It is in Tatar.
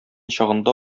чагында